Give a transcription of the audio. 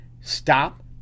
stop